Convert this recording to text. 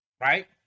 right